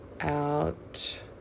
out